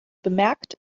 bemerkt